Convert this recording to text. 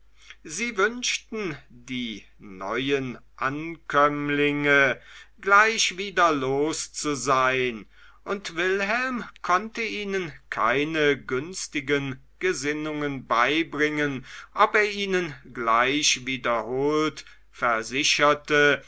sie wünschten die neuen ankömmlinge gleich wieder los zu sein und wilhelm konnte ihnen keine günstigen gesinnungen beibringen ob er ihnen gleich wiederholt versicherte